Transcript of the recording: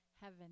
heaven